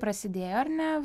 prasidėjo ar ne